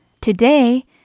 Today